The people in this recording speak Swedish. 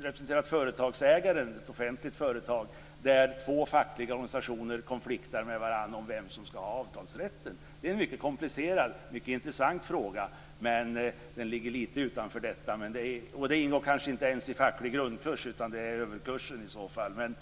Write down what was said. representerat företagsägaren, ett offentligt företag, där två fackliga organisationer kommit i konflikt med varandra om vem som skall ha avtalsrätten. Det är en mycket komplicerad och intressant fråga. Men den ligger lite utanför detta. Den ingår kanske inte ens i en facklig grundkurs, utan det är i så fall överkursen.